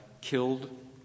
killed